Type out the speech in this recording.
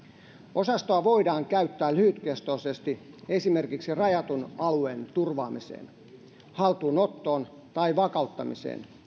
osastoa voidaan käyttää lyhytkestoisesti esimerkiksi rajatun alueen turvaamiseen haltuunottoon tai vakauttamiseen